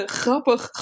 grappig